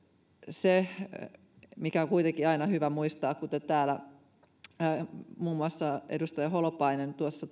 se mikä on kuitenkin aina hyvä muistaa kuten täällä muun muassa edustaja holopainen tuossa